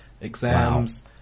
exams